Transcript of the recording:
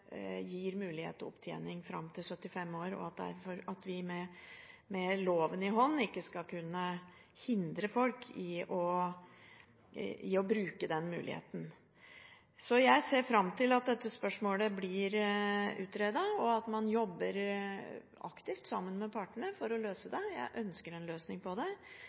gir mulighet for opptjening opp til 75 år, og for at vi med loven i hånd ikke skal kunne hindre folk i å bruke den muligheten. Så jeg ser fram til at dette spørsmålet blir utredet, og at man jobber aktivt sammen med partene for å løse det. Jeg ønsker en løsning på det.